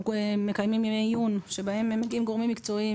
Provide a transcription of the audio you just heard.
אנחנו מקיימים ימי עיון שאליהם מגיעים גורמים מקצועיים